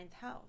house